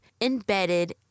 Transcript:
embedded